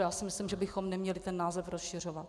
Já si myslím, že bychom neměli ten název rozšiřovat.